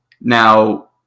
Now